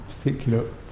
particular